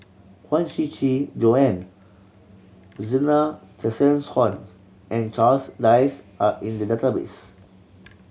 Huang Shiqi Joan Zena Tessensohn and Charles Dyce are in the database